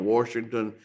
Washington